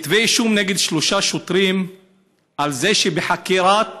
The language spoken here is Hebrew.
כתבי אישום נגד שלושה שוטרים על זה שבחקירת